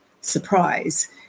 surprise